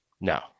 No